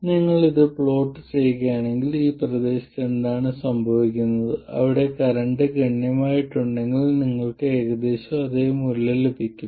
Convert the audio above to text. ഇപ്പോൾ നിങ്ങൾ ഇത് പ്ലോട്ട് ചെയ്യുകയാണെങ്കിൽ ഈ പ്രദേശത്ത് എന്താണ് സംഭവിക്കുന്നത് അവിടെ കറന്റ് ഗണ്യമായിട്ടുണ്ടെങ്കിൽ നിങ്ങൾക്ക് ഏകദേശം അതേ മൂല്യം ലഭിക്കും